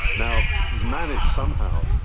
now, he has managed somehow,